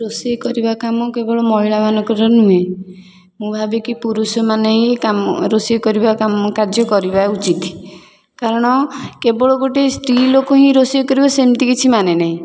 ରୋଷେଇ କରିବା କାମ କେବଳ ମହିଳାମାନଙ୍କର ନୁହେଁ ମୁଁ ଭାବେ କି ପୁରୁଷମାନେ ହିଁ କାମ ରୋଷେଇ କରିବା କାମ କାର୍ଯ୍ୟ କରିବା ଉଚିତ୍ କାରଣ କେବଳ ଗୋଟେ ସ୍ତ୍ରୀ ଲୋକ ହିଁ ରୋଷେଇ କରିବ ସେମିତି କିଛି ମାନେ ନାହିଁ